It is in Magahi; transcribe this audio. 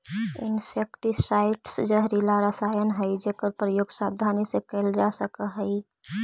इंसेक्टिसाइट्स् जहरीला रसायन हई जेकर प्रयोग सावधानी से कैल जा हई